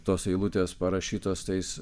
tos eilutės parašytos tais